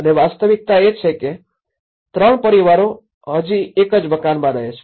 અને વાસ્તવિકતા એ છે કે ૩ પરિવારો હજી એક જ મકાનમાં રહે છે